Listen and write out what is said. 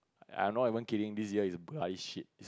I not even kidding this year is bright shit